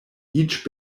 each